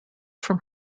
from